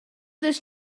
this